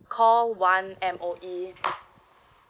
call one M_O_E